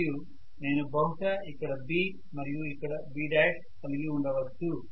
మరియు నేను బహుశా ఇక్కడ B మరియు ఇక్కడ B' కలిగి ఉండవచ్చు